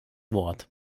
wort